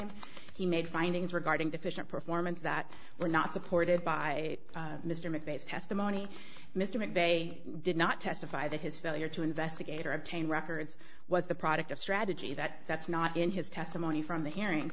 claims he made findings regarding deficient performance that were not supported by mr mcveigh's testimony mr mcveigh did not testify that his failure to investigate or obtain records was the product of strategy that that's not in his testimony from the hearing